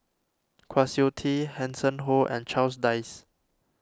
Kwa Siew Tee Hanson Ho and Charles Dyce